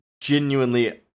genuinely